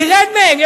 תרד מהם.